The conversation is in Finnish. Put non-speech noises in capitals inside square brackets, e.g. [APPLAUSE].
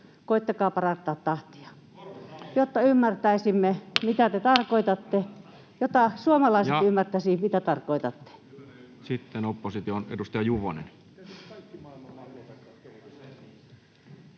Korvat auki!] jotta ymmärtäisimme, [NOISE] mitä te tarkoitatte, jotta suomalaiset ymmärtäisivät, mitä tarkoitatte. Sitten opposition edustaja Juvonen.